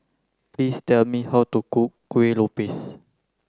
please tell me how to cook Kuih Lopes